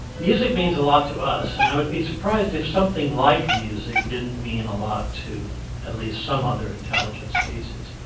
music means a lot to us and i would be surprised if something like music didn't mean a lot to at least some other intelligent species.